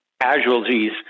casualties